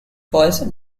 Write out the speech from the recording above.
was